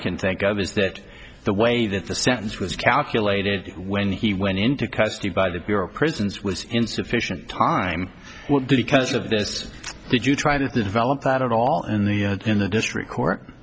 can think of is that the way that the sentence was calculated when he went into custody by the bureau of prisons was insufficient time will do because of this did you try to develop that at all in the in the district court